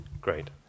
Great